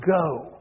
go